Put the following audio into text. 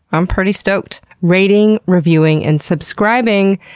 i'm pretty stoked. rating, reviewing, and subscribing,